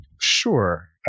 Sure